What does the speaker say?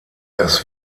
das